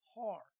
hard